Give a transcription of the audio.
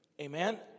Amen